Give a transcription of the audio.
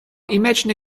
imagine